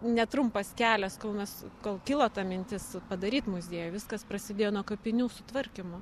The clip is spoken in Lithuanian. netrumpas kelias kol mes kol kilo mintis padaryt muziejų viskas prasidėjo nuo kapinių sutvarkymo